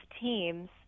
teams